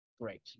Great